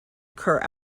occur